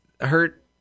hurt